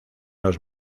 los